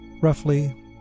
roughly